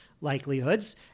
likelihoods